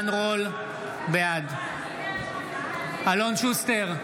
בעד אלון שוסטר,